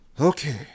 Okay